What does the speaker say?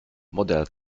model